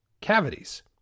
cavities